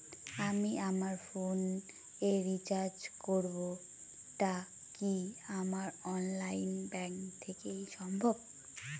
আমি আমার ফোন এ রিচার্জ করব টা কি আমার অনলাইন ব্যাংক থেকেই সম্ভব?